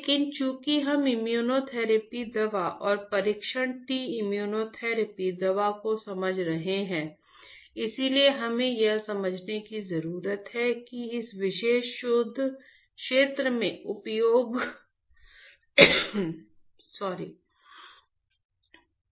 लेकिन चूंकि हम इम्यूनोथेरेपी दवा और परीक्षण T इम्यूनोथेरेपी दवा को समझ रहे हैं इसलिए हमें यह समझने की जरूरत है कि इस विशेष शोध क्षेत्र में उपयोग